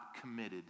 committed